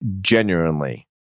genuinely